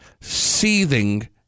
seething